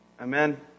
Amen